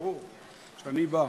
ברור, כשאני בא.